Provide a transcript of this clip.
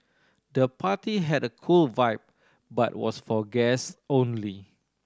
the party had a cool vibe but was for guests only